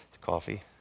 Coffee